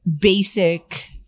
basic